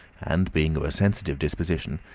and being of a sensitive disposition,